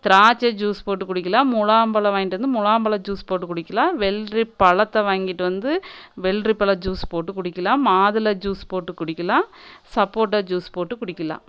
திராட்சை ஜூஸ் போட்டு குடிக்கலாம் முலாம் பழம் வாங்கிட்டு வந்து முலாம் பழ ஜூஸ் போட்டு குடிக்கலாம் வெள்ளரி பழத்தை வாங்கிட்டு வந்து வெள்ளரி பழ ஜூஸ் போட்டு குடிக்கலாம் மாதுள ஜூஸ் போட்டு குடிக்கலாம் சப்போட்டா ஜூஸ் போட்டு குடிக்கலாம்